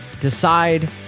decide